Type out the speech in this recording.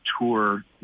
tour